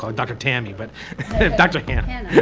like dr. tammy. but dr. hanna.